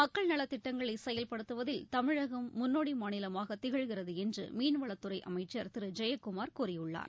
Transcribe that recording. மக்கள் நலத் திட்டங்களை செயல்படுத்துவதில் தமிழகம் முன்னோடி மாநிலமாக திகழ்கிறது என்று மீன்வளத் துறை அமைச்சர் திரு ஜெயக்குமார் கூறியுள்ளார்